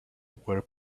were